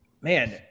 man